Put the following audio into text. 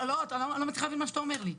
אני לא מצליחה להבין מה שאתה אומר לי.